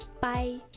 Bye